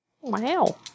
Wow